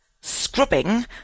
scrubbing